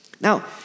Now